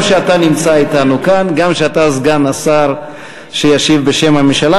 גם שאתה נמצא אתנו כאן וגם שאתה סגן השר שישיב בשם הממשלה.